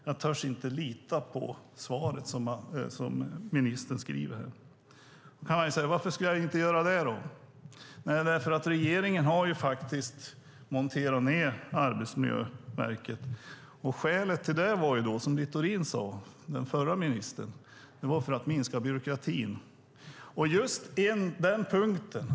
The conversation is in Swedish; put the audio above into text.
Jag törs inte lita på svaret som ministern ger. Varför inte det? Jo, för att regeringen har monterat ned Arbetsmiljöverket. Skälet var, enligt förre ministern Littorin, att minska byråkratin.